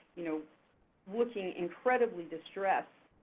you know looking incredibly distressed,